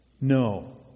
no